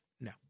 No